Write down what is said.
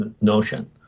notion